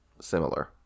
similar